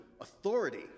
authority